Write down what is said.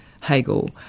Hegel